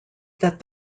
that